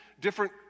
different